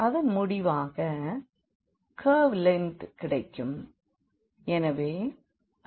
அதன் முடிவாக curve length கிடைக்கும்